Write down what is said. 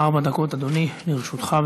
ארבע דקות, אדוני, לרשותך.